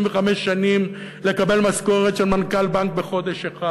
שנים כדי לקבל משכורת של מנכ"ל בנק בחודש אחד,